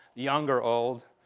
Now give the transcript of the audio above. young or old,